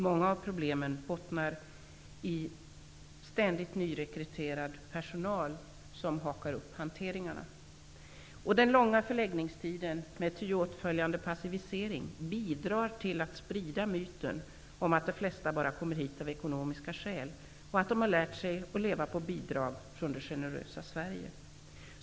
Många av problemen bottnar i ständigt nyrekryterad personal som hakar upp hanteringen. Den långa förläggningstiden med åtföljande passivisering bidrar till att sprida myten att de flesta bara kommer hit av ekonomiska skäl och att de har lärt sig att leva på bidrag från det generösa Sverige.